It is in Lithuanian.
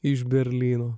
iš berlyno